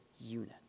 unit